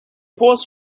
paused